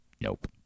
Nope